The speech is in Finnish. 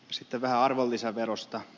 sitten vähän arvonlisäverosta